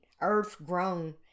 earth-grown